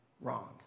wrong